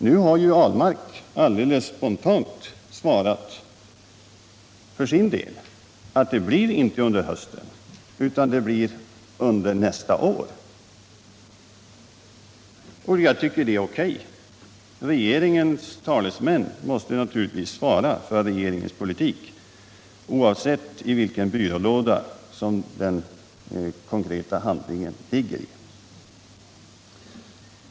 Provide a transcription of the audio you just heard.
Nu har herr Ahlmark alldeles spontant för sin del svarat att det inte blir under hösten utan under nästa år. Jag tycker att det är OK. Regeringens talesmän måste naturligtvis svara för regeringens politik oavsett i vilken byrålåda den konkreta handlingen sedan ligger.